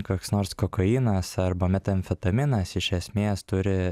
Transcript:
koks nors kokainas arba metamfetaminas iš esmės turi